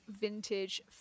vintage